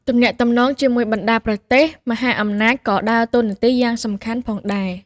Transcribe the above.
ទំនាក់ទំនងជាមួយបណ្តាប្រទេសមហាអំណាចក៏ដើរតួនាទីយ៉ាងសំខាន់ផងដែរ។